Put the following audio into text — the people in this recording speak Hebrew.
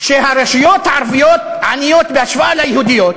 שהרשויות הערביות עניות בהשוואה ליהודיות,